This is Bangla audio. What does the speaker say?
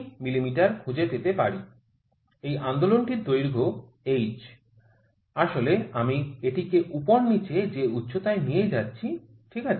এই আন্দোলনটির দৈর্ঘ্যে h আসলে আমি এটিকে উপর নীচে যে উচ্চতায় নিয়ে যাচ্ছি ঠিক আছে